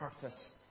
purpose